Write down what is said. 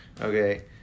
Okay